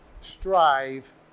strive